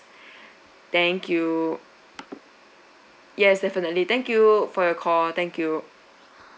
thank you yes definitely thank you for your call thank you